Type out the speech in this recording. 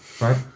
Right